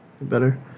Better